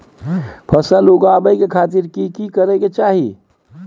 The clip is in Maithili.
फसल उगाबै के खातिर की की करै के चाही?